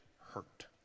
hurt